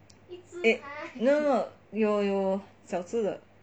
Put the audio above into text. no no 有小只的